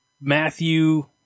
Matthew